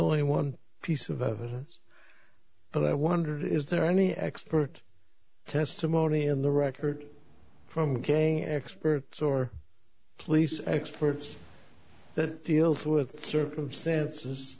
only one piece of evidence but i wonder is there any expert testimony in the record from king experts or police experts that deals with circumstances